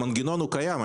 המנגנון קיים.